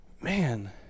Man